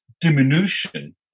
diminution